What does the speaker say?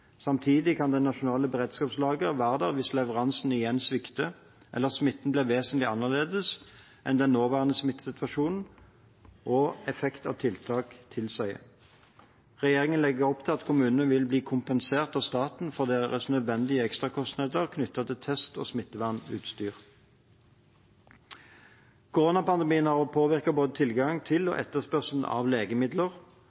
Samtidig kan det nasjonale beredskapslageret være der hvis leveransene igjen svikter, eller smitten blir vesentlig annerledes enn det nåværende smittesituasjon og effekt av tiltak tilsier. Regjeringen legger opp til at kommunene vil bli kompensert av staten for nødvendige ekstrakostnader knyttet til test- og smittevernutstyr. Koronapandemien har påvirket både tilgang til og